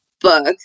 book